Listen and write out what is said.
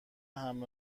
حمل